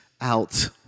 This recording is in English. out